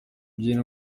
by’iyi